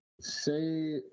say